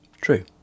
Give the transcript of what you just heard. True